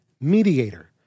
mediator